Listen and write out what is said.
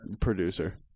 Producer